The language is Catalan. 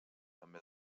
també